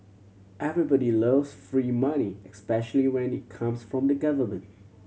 everybody loves free money especially when it comes from the government